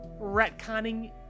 retconning